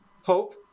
hope